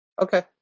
Okay